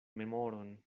memoron